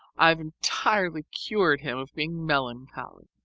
i've entirely cured him of being melancholy.